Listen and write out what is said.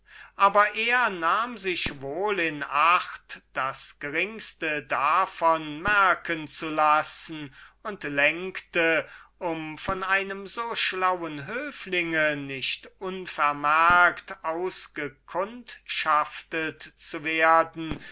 aber er nahm sich wohl in acht ihn das geringste davon merken zu lassen und lenkte aus besorgnis von einem so schlauen höflinge unvermerkt ausgekundschaftet zu werden